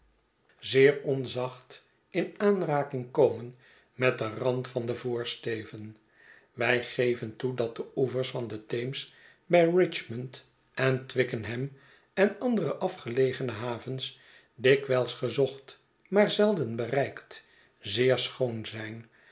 zeer onzacht in aanraking komen met den rand van den voorsteven wij geven toe dat de oevers van den teems bij richmond en twickenham en andere afgelegene havens dikwijls gezocht maar zelden bereikt zeer schoon zijn